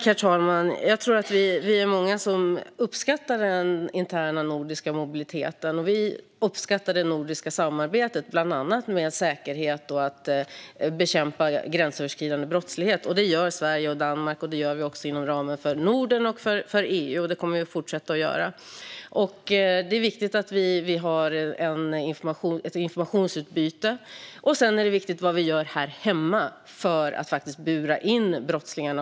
Herr talman! Jag tror att vi är många som uppskattar den interna nordiska mobiliteten, och vi uppskattar det nordiska samarbetet när det gäller bland annat säkerhet och att bekämpa gränsöverskridande brottslighet. Sverige och Danmark samarbetar, och det gör vi också inom ramen för Norden och EU, och det kommer vi att fortsätta att göra. Det är viktigt att vi har ett informationsutbyte, och det är också viktigt vad vi gör här hemma för att faktiskt bura in brottslingarna.